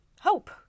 Hope